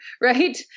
right